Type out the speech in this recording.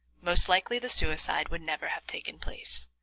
most likely the suicide would never have taken place.